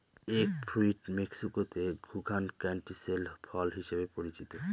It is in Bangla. এগ ফ্রুইট মেক্সিকোতে যুগান ক্যান্টিসেল ফল হিসাবে পরিচিত